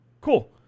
cool